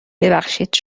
ببخشید